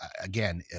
Again